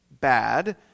bad